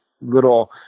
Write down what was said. little